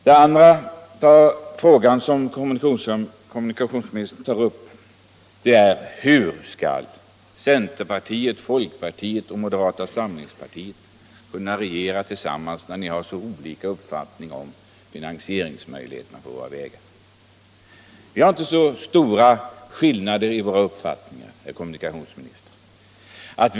Den andra fråga som kommunikationsministern tar upp är hur centerpartiet, folkpartiet och moderata samlingspartiet skall kunna regera tillsammans när de har så olika uppfattning om möjligheterna att finansiera vårt vägväsende: Vi har inte så stora skillnader i våra uppfattningar, herr kommunikationsminister.